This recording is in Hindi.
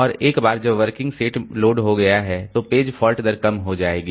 और एक बार जब वर्किंग सेट लोड हो गया है तो पेज फॉल्ट दर कम हो जाएगी